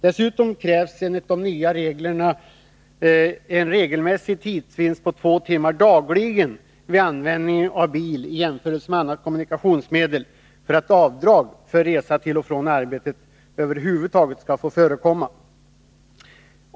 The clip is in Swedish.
Dessutom krävs enligt de nya reglerna en regelmässig tidsvinst på två timmar dagligen vid användningen av egen bil i jämförelse med andra kommunikationsmedel för att avdrag för resa till och från arbetet över huvud taget skall få förekomma.